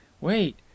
wait